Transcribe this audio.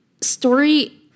story